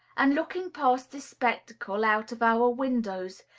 and looking past this spectacle, out of our windows,